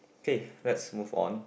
K let's move on